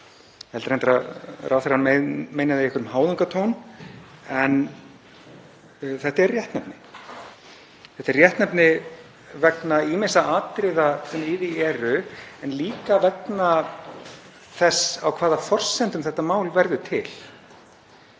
held reyndar að ráðherrann meini það í háðungartón, en þetta er réttnefni. Þetta er réttnefni vegna ýmissa atriða sem í því eru en líka vegna þess á hvaða forsendum þetta mál verður til.